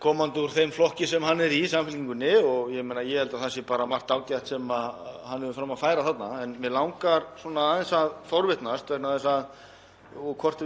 um hvort við getum ekki verið sammála um eitt, það sem er kannski rót vandans og það sem ég nefndi hér í andsvari mínu áðan, sem er auðvitað ábyrg efnahagsstjórn sem hefur áhrif á þetta allt saman.